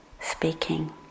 speaking